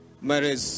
marriage